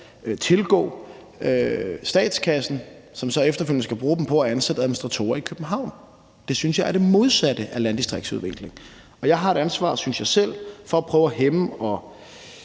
tilgå statskassen, og efterfølgende skal man så bruge dem på at ansætte administratorer i København. Det synes jeg er det modsatte af landdistriktsudvikling, og jeg har et ansvar, synes jeg selv, for at prøve at hæmme og